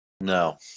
No